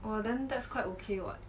well then that's quite okay [what]